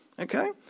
Okay